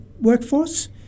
workforce